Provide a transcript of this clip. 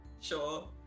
Sure